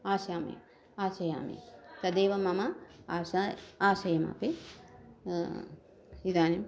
आस्यामि आसयामि तदेव मम आशा आशयमपि इदानीं